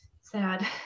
Sad